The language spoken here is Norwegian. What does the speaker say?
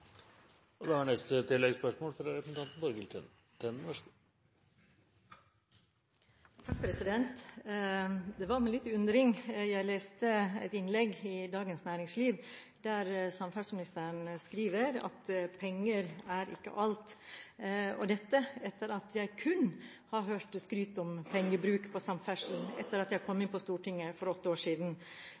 Det var med litt undring jeg leste et innlegg i Dagens Næringsliv, der samferdselsministeren skriver: «Penger er ikke alt» – dette etter at jeg kun har hørt skryt om pengebruk på samferdselsområdet etter at jeg kom inn på Stortinget for åtte år siden.